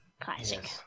Classic